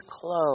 clothes